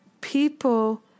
people